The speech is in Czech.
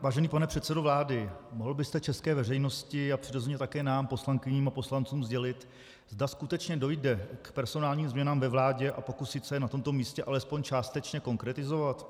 Vážený pane předsedo vlády, mohl byste české veřejnosti a přirozeně také nám, poslankyním a poslancům, sdělit, zda skutečně dojde k personálním změnám ve vládě, a pokusit se je na tomto místě alespoň částečně konkretizovat?